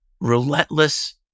relentless